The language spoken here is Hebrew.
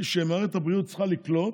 זה שמערכת הבריאות צריכה לקלוט